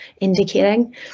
indicating